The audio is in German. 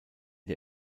der